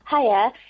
Hiya